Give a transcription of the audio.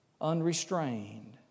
Unrestrained